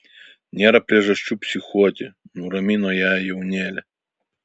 nėra priežasčių psichuoti nuramino ją jaunėlė